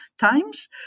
times